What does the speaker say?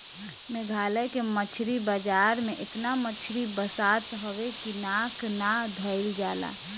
मेघालय के मछरी बाजार में एतना मछरी बसात हवे की नाक ना धइल जाला